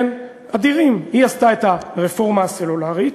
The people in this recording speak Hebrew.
כן, אדירים: היא עשתה את הרפורמה הסלולרית,